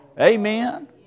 Amen